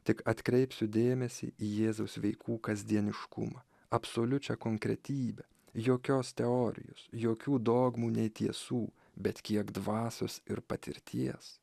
tik atkreipsiu dėmesį į jėzaus veikų kasdieniškumą absoliučią konkretybę jokios teorijos jokių dogmų nei tiesų bet kiek dvasios ir patirties